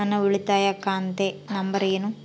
ನನ್ನ ಉಳಿತಾಯ ಖಾತೆ ನಂಬರ್ ಏನು?